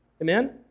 Amen